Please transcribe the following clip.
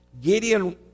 Gideon